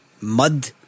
mud